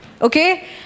Okay